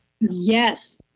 yes